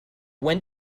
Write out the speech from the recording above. when